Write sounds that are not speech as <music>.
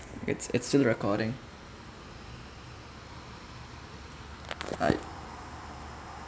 it's it's still recording <noise>